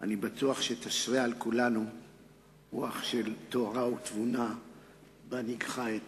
בטוח שתשרה על כולנו רוח של תורה ותבונה בהנהיגך את